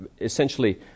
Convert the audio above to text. essentially